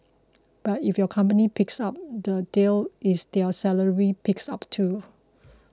but if your company picks up the deal is their salary picks up too